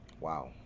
Wow